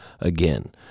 again